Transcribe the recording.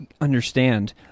Understand